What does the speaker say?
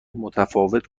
متفاوت